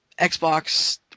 Xbox